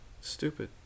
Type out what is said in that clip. Stupid